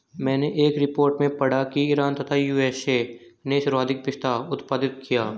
मैनें एक रिपोर्ट में पढ़ा की ईरान तथा यू.एस.ए ने सर्वाधिक पिस्ता उत्पादित किया